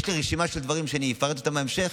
יש לי רשימה של דברים שאני אפרט בהמשך.